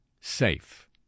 safe